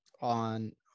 on